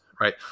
right